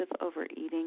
overeating